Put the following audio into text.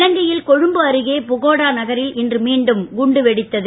இலங்கையில் கொழும்பு அருகே புகோடா நகரில் இன்று மீண்டும் குண்டு வெடித்தது